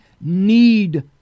need